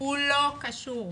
הוא לא קשור.